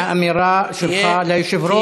מהאמירה שלך ליושב-ראש,